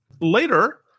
later